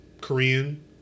Korean